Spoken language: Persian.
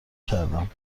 کردم